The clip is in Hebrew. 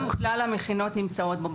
וגם כלל המכינות נמצאות בו.